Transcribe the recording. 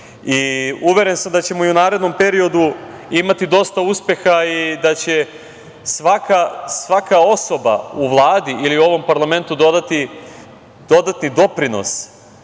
Uveren sam da ćemo i u narednom periodu imati dosta uspeha i da će svaka osoba u Vladi ili u ovom parlamentu dati dodatni doprinos